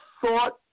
thought